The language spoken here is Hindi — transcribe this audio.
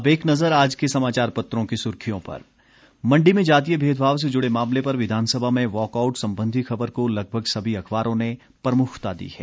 अब एक नजर अखबारों की सुर्खियों पर मंडी में जातीय भेदभाव से जुड़े मामले पर विधानसभा में वॉक आउट सम्बंधी खबर को लगभग सभी अखबारों ने प्रमुखता दी है